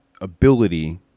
ability